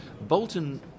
Bolton